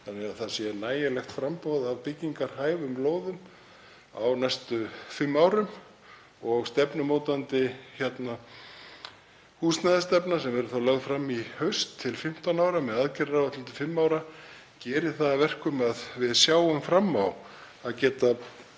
þannig að nægjanlegt framboð sé af byggingarhæfum lóðum á næstu fimm árum og stefnumótandi húsnæðisstefna, sem verður lögð fram í haust, til 15 ára, með aðgerðaáætlun til fimm ára, gerir það að verkum að við sjáum fram á að geta